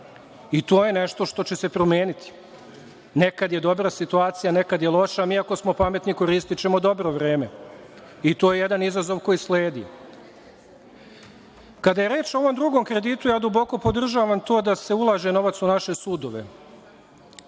To je nešto što će se promeniti. Nekad je dobra situacija, nekad je loša, ali mi ako smo pametni koristićemo dobro vreme. To je jedan izazov koji sledi. Kada je reč o ovom drugom kreditu, duboko podržavam to da se ulaže novac u naše sudove.